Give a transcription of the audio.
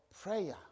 prayer